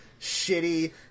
shitty